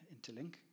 interlink